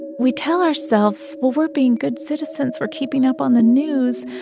we tell ourselves well, we're being good citizens, we're keeping up on the news.